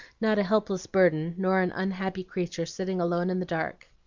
not a helpless burden, nor an unhappy creature sitting alone in the dark.